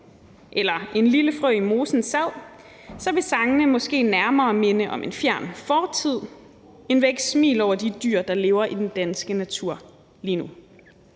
eller »En lille frø i mosen sad«, vil sangene måske nærmere minde om en fjern fortid end vække smil over de dyr, der lever i den danske natur lige nu.